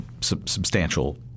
substantial